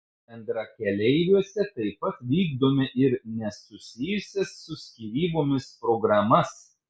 bendrakeleiviuose taip pat vykdome ir nesusijusias su skyrybomis programas